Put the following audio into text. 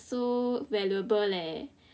so valuable leh